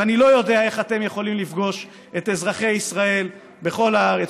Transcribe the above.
ואני לא יודע איך אתם יכולים לפגוש את אזרחי ישראל בכל הארץ,